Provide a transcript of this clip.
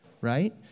right